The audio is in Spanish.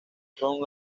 son